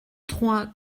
trois